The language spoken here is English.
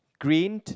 green